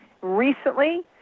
recently